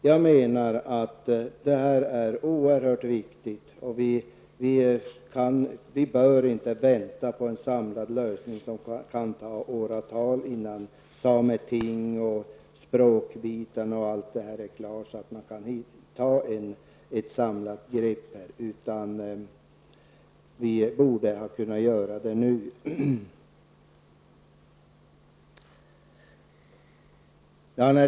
Jag menar att detta är oerhört viktigt, och vi bör inte vänta på en samlad lösning som kan ta åratal att få fram med sameting och språkfrågor osv. Vi behöver kunna göra detta nu.